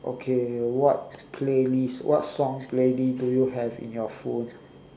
okay what playlist what song playlist do you have in your phone